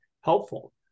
helpful